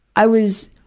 i was